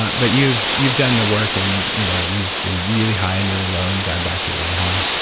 ah but you've you've done the work, and you know you've been really high and really low and gotten back to really high